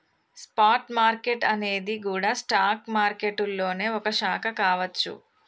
spot market అనేది గూడా stock మారికెట్టులోనే ఒక శాఖ కావచ్చు